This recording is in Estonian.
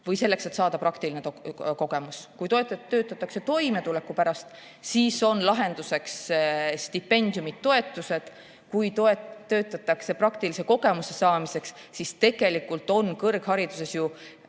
või selleks, et saada praktiline kogemus. Kui töötatakse toimetuleku pärast, siis on lahenduseks stipendiumid, toetused. Kui töötatakse praktilise kogemuse saamiseks, siis tegelikult on kõrghariduses